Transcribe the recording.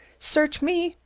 search me!